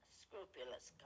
scrupulous